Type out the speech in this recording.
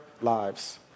lives